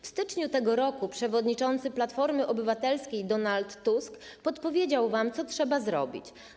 W styczniu tego roku przewodniczący Platformy Obywatelskiej Donald Tusk podpowiedział wam, co trzeba zrobić.